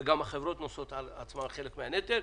וגם החברות נושאות בעצמן בחלק מהנטל,